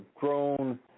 grown